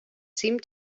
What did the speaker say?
seemed